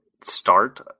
start